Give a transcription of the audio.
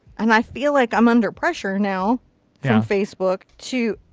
and i feel like i'm under pressure now yeah on facebook to,